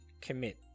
commit